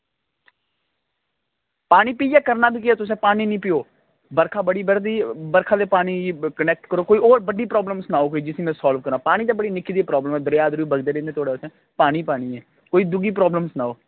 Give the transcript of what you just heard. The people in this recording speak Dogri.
पानी पियै करना बी केह् ऐ तुसें पानी निं पियो बर्खा बड़ी बरदी ते बरखा दा पानी कनेक्ट करो ते होर सनाओ पानी ते निक्की जेही प्रॉब्लम ऐ दरेआ ते बगदे रौहंदे इत्थें पानी गै पानी ऐ कोई दूई प्रॉब्लम सनाओ